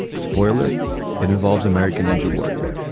spoiler it involves american ninja warrior.